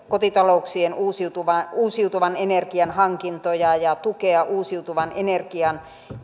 kotitalouksien uusiutuvan energian hankintoja ja uusiutuvan energian